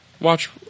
Watch –